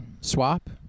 swap